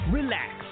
relax